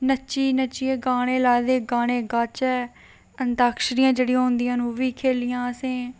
नच्ची नच्ची गाने लाएदे गाने गाह्चै आंतक्षरियां जेहड़ी होंदिया न ओह् बी खेढियां असें